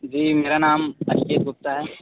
जी मेरा नाम अजय गुप्ता है